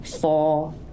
four